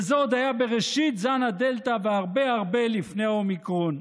וזה עוד היה בראשית זן הדלתא והרבה הרבה לפני האומיקרון.